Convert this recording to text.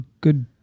good